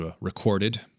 recorded